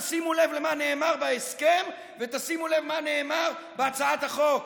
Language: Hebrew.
תשימו לב למה שנאמר בהסכם ותשימו לב למה שנאמר בהצעת החוק.